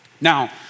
Now